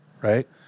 right